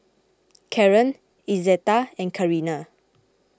Karren Izetta and Carina